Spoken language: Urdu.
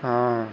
ہاں